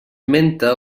menta